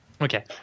Okay